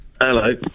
hello